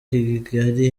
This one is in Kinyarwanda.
kigali